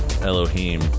Elohim